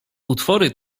utwory